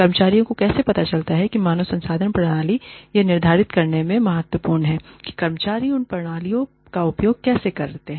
कर्मचारियों को कैसे पता चलता है कि मानव संसाधन प्रणाली यह निर्धारित करने में महत्वपूर्ण है कि कर्मचारी इन प्रणालियों का उपयोग कैसे करते हैं